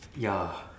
ya